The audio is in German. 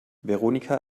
veronika